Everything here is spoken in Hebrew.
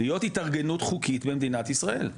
להיות התארגנות חוקית במדינת ישראל,